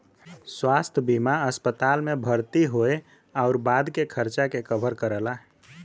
स्वास्थ्य बीमा अस्पताल में भर्ती होये आउर बाद के खर्चा के कवर करला